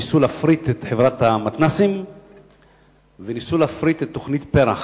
שניסו להפריט את חברת המתנ"סים וניסו להפריט את תוכנית פר"ח.